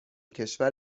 کشور